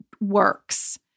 works